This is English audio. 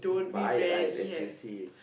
buy right N_T_U C